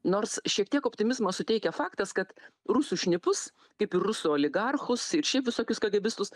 nors šiek tiek optimizmo suteikia faktas kad rusų šnipus kaip ir rusų oligarchus ir šiaip visokius kgbistus